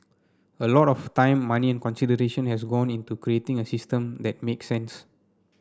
a lot of time money and consideration has gone into creating a system that makes sense